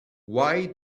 why